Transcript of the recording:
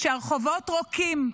כשהרחובות ריקים,